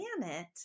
planet